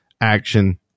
action